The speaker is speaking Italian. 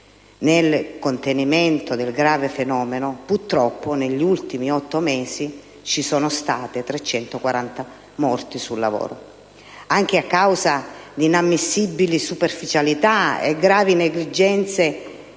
nel contenimento del grave fenomeno, purtroppo negli ultimi otto mesi ci sono state 340 morti sul lavoro, anche a causa di inammissibili superficialità e gravi negligenze